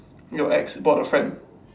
your ex brought a friend